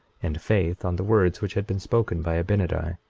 and faith on the words which had been spoken by abinadi.